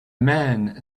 man